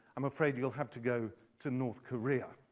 i'm afraid you'll have to go to north korea.